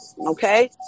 okay